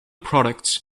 products